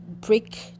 break